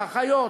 האחיות,